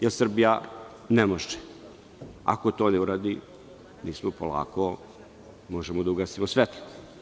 Jer, Srbija ne može, ako to ne uradi, mi polako možemo da ugasimo svetlo.